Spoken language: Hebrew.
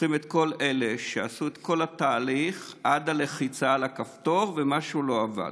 לוקחים את כל אלה שעשו את כל התהליך עד הלחיצה על הכפתור ומשהו לא עבד,